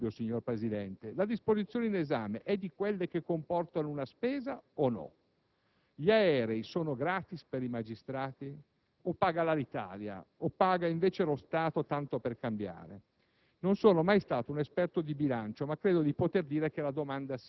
Ma a parte il sorriso, introduco l'argomento solo perché sono colto da un dubbio, signor Presidente. La disposizione in esame è di quelle che comportano una spesa o no? Gli aerei sono gratis per i magistrati? O paga l'Alitalia? O paga, invece, lo Stato, tanto per cambiare?